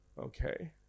Okay